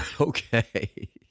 okay